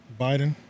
Biden